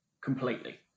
completely